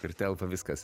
kur telpa viskas